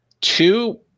two